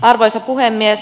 arvoisa puhemies